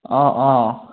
অঁ অঁ